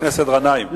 חבר הכנסת גנאים,